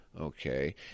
Okay